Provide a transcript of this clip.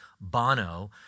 Bono